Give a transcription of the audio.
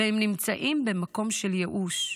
והם נמצאים במקום של ייאוש?